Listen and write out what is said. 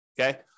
okay